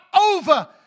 over